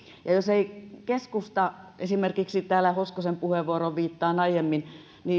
ja jos ei keskusta viittaan esimerkiksi hoskosen puheenvuoroon aiemmin